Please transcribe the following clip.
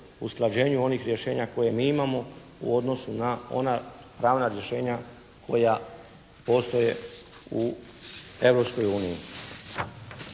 usklađenju onih rješenja koja mi imamo u odnosu na ona pravna rješenja koja postoje u